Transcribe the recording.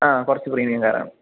ആ കുറച്ച് പ്രീമിയം കാറാണ്